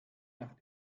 nach